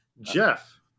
Jeff